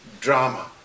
drama